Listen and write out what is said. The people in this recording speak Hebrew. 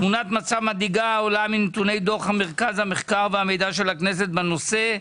תמונת מצב מדאיגה העולה מנתוני דו"ח מרכז המחקר והמידע של הכנסת בנושא".